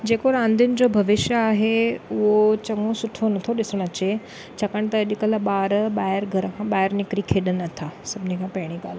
जेको रांदियुनि जो भविष्य आहे उहो चङो सुठो नथो ॾिसणु अचे छाकाणि त अॼुकल्ह ॿार ॿाहिरि घर खां ॿाहिरि निकिरी खेॾनि नथा सभिनी खां पहिरीं ॻाल्हि